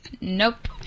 Nope